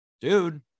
dude